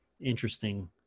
interesting